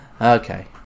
Okay